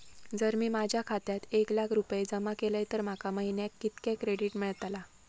जर मी माझ्या खात्यात एक लाख रुपये जमा केलय तर माका महिन्याक कितक्या क्रेडिट मेलतला?